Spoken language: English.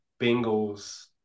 Bengals